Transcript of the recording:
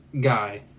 guy